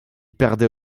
perdait